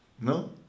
No